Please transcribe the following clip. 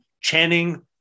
Channing